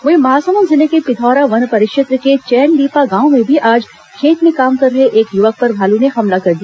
वहीं महासमुंद जिले के पिथौरा वन परिक्षेत्र के चैनडीपा गांव में भी आज खेत में काम कर रहे एक युवक पर भालू ने हमला कर दिया